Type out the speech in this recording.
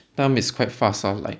time is quite fast [one] like